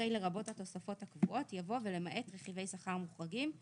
אחרי "לרבות התוספות הקבועות" יבוא "ולמעט רכיבי שכר מוחרגים";